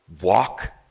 walk